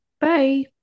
Bye